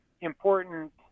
important